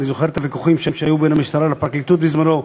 אני זוכר את הוויכוחים שהיו בין המשטרה לפרקליטות בזמני,